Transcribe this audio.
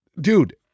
dude